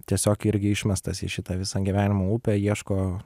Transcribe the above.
tiesiog irgi išmestas į šitą visą gyvenimo upę ieško